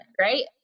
right